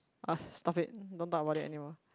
stop it don't talk about it anymore